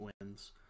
wins